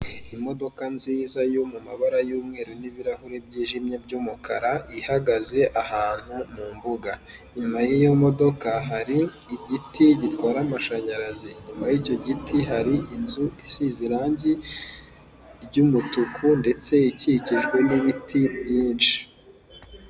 Imodoka nziza yo mu mabara y'umweru n'ibirahuri byijimye by'umukara ihagaze ahantu mu mbuga, inyuma y'iyo modoka hari igiti gitwara amashanyarazi, inyuma y'icyo giti hari inzu isize irangi ry'umutuku ndetse ikikijwe n'ibiti byinshi.